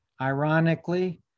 Ironically